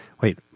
Wait